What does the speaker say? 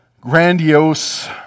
grandiose